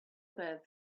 about